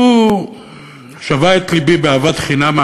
והוא שבה את לבי באהבת חינם.